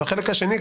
והחלק השני,